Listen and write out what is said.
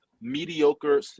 mediocre